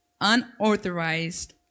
unauthorized